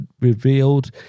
revealed